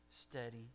steady